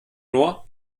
nur